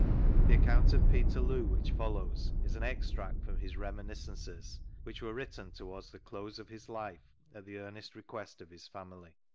the account of peterloo which follows is an extract from his reminiscences, which were written towards the close of his life a the earnest request of his family.